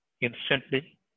instantly